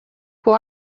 può